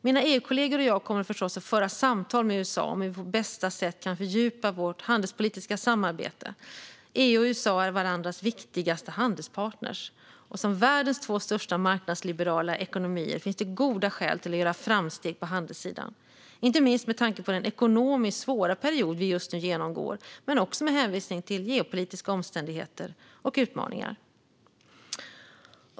Mina EU-kollegor och jag kommer förstås att föra samtal med USA om hur vi på bästa sätt kan fördjupa vårt handelspolitiska samarbete. EU och USA är varandras viktigaste handelspartner. Som världens två största marknadsliberala ekonomier finns det goda skäl att göra framsteg på handelssidan, inte minst med tanke på den ekonomiskt svåra period vi just nu genomgår men också med hänvisning till geopolitiska omständigheter och utmaningar.